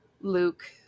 Luke